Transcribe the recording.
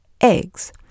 eggs